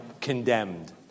condemned